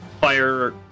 fire